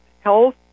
health